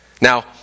Now